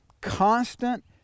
constant